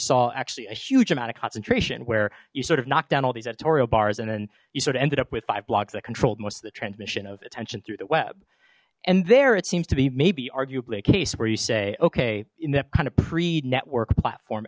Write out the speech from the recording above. saw actually a huge amount of concentration where you sort of knocked down all these editorial bars and then you sort of ended up with five blogs that controlled most of the transmission of attention through the web and there it seems to be maybe arguably a case where you say okay in the kind of pre network platform